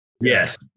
Yes